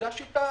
זו השיטה.